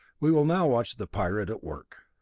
we will now watch the pirate at work.